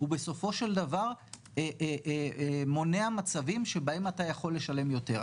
הוא בסופו של דבר מונע מצבים שבהם אתה יכול לשלם יותר.